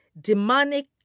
demonic